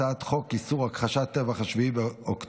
הצעת חוק איסור הכחשת טבח 7 באוקטובר,